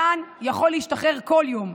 דן יכול להשתחרר כל יום.